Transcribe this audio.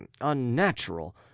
unnatural